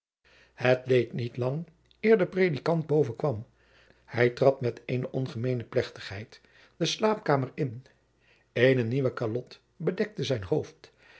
het leed niet lang eer de predikant boven kwam hij trad met eene ongemeene plechtigheid de slaapkamer in eene nieuwe kalot bedekte zijn hoofd